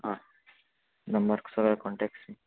आं नंबर सगळ्याक कॉन्टेक्ट